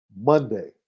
Monday